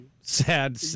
Sad